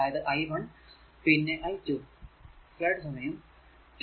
അത് i 1 പിന്നെ i 2